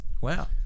wow